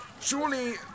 surely